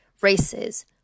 races